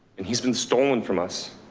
and he's been stolen from us,